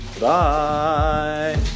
Bye